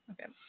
Okay